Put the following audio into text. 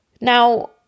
Now